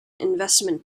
investment